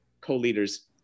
co-leaders